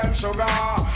sugar